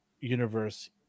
universe